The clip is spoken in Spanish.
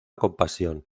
compasión